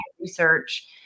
research